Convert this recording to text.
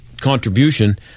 contribution